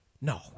No